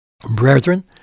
Brethren